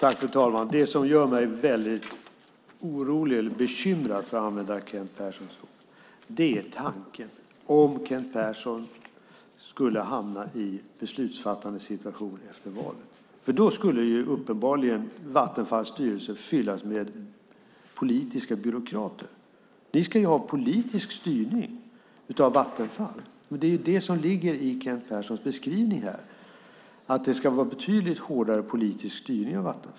Fru talman! Det som gör mig bekymrad och orolig, för att använda Kent Perssons ord, är tanken att Kent Persson skulle hamna i beslutsfattande situation efter valet. Då skulle Vattenfalls styrelse fyllas med politiska byråkrater. Ni ska ha politisk styrning av Vattenfall. Det ligger i Kent Perssons beskrivning att det ska vara betydligt hårdare politisk styrning.